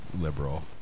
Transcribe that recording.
liberal